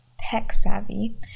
tech-savvy